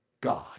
God